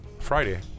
Friday